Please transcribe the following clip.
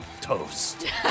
toast